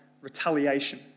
retaliation